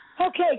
Okay